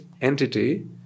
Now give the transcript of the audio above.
entity